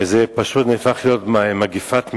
וזה פשוט נהפך להיות מגפת מדינה.